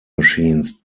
machines